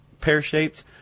pear-shaped